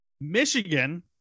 Michigan